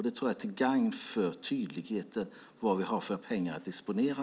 Det tror jag är till gagn för tydligheten när det gäller vilka pengar vi har att disponera.